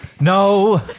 No